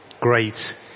Great